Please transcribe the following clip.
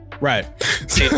right